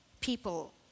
people